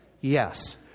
Yes